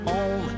on